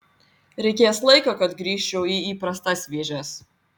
reikės laiko kad grįžčiau į įprastas vėžes